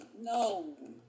No